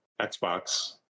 Xbox